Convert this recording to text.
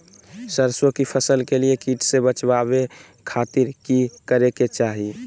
सरसों की फसल के कीट से बचावे खातिर की करे के चाही?